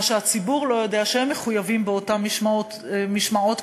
מה שהציבור לא יודע זה שהם מחויבים באותן מִשמעוֹת קואליציוניות,